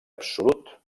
absolut